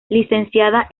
licenciada